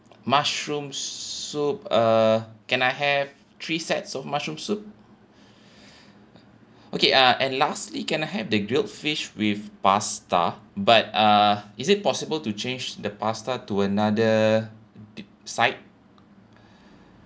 mushroom soup uh can I have three sets of mushroom soup okay uh and lastly can I have the grilled fish with pasta but uh is it possible to change the pasta to another d~ side